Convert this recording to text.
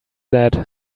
that